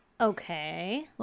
Okay